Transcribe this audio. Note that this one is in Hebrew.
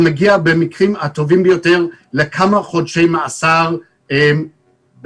היא מגיעה במקרים הטובים ביותר לכמה חודשי מאסר בלבד.